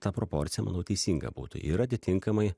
ta proporcija manau teisinga būtų ir atitinkamai